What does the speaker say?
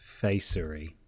facery